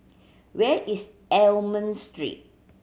where is Almond Street